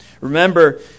Remember